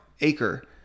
Acre